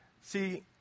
See